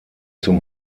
zum